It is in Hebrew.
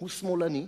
הוא שמאלני,